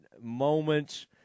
moments